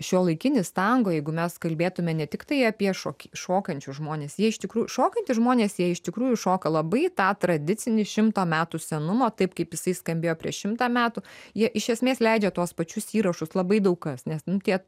šiuolaikinis tango jeigu mes kalbėtume ne tiktai apie šokį šokančius žmones jie iš tikrųjų šokantys žmonės jie iš tikrųjų šoka labai tą tradicinį šimto metų senumo taip kaip jisai skambėjo prieš šimtą metų jie iš esmės leidžia tuos pačius įrašus labai daug kas nes tie